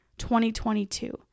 2022